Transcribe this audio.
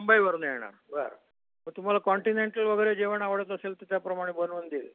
मुंबईवरून येणार बरं मग तुम्हाला कॉन्टिनेंटल वगैरे जेवण आवडत असेल तर त्याप्रमाणे बनवून देईल